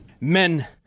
Men